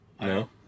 No